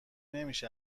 نمیشه